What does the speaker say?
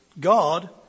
God